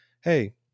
hey